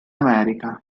america